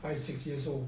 five six years old